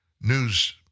news